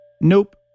Nope